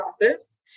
process